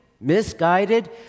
misguided